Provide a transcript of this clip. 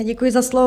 Děkuji za slovo.